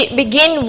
begin